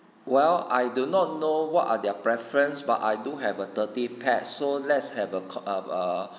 well I do not know what are their preference but I do have a thirty pax so let's have a co err uh